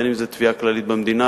אם תביעה כללית במדינה,